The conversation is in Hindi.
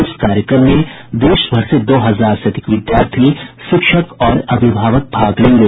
इस कार्यक्रम में देशभर से दो हजार से अधिक विद्यार्थी शिक्षक और अभिभावक भाग लेंगे